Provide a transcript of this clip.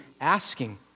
asking